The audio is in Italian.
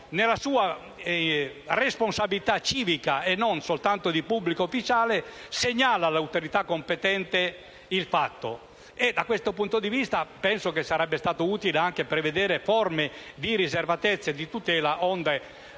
nella sua responsabilità civica e non soltanto di pubblico ufficiale, compie segnalando all'autorità competente il fatto. Da questo punto di vista, credo che sarebbe stato utile prevedere forme di riservatezza e di tutela onde non